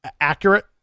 accurate